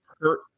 hurt